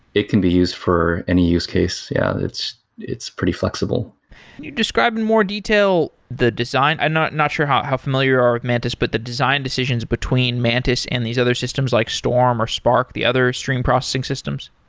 it can be used for any use case. yeah, it's it's pretty flexible can you describe in more detail the design? i'm not not sure how how familiar you are with mantis, but the design decisions between mantis and these other systems, like storm or spark the other stream processing systems?